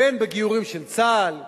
בין בגיורים של צה"ל,